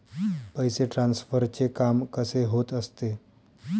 पैसे ट्रान्सफरचे काम कसे होत असते?